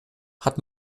hat